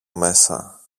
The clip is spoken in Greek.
μέσα